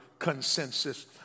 consensus